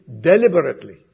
deliberately